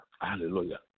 Hallelujah